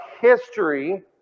history